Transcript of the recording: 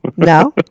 No